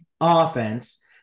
offense